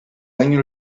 año